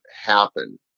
happen